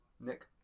Nick